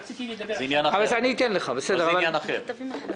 זה עניין אחר.